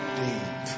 deep